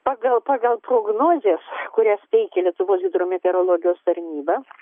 pagal pagal prognozes kurias teikia lietuvos hidrometeorologijos tarnyba